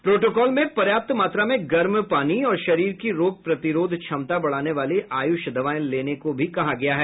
protocol में पर्याप्त मात्रा में गर्म पानी और शरीर की रोग प्रतिरोध क्षमता बढ़ाने वाली आयुष दवाएं लेने को भी कहा गया है